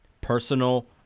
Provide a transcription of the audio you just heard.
personal